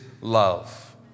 love